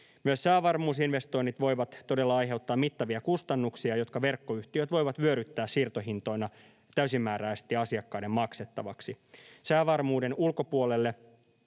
Myös säävarmuusinvestoinnit voivat todella aiheuttaa mittavia kustannuksia, jotka verkkoyhtiöt voivat vyöryttää siirtohintoina täysimääräisesti asiakkaiden maksettavaksi. Säävarmuuden ulkopuolella